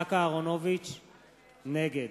בעד